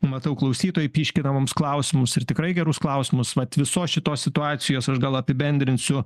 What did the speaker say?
matau klausytojai pyškina mums klausimus ir tikrai gerus klausimus mat visos šitos situacijos aš gal apibendrinsiu